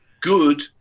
good